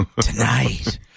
Tonight